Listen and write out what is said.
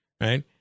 Right